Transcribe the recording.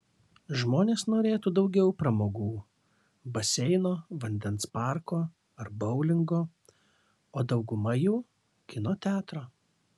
žmonės norėtų daugiau pramogų baseino vandens parko ar boulingo o dauguma jų kino teatro